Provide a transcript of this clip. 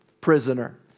prisoner